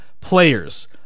players